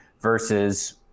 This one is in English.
versus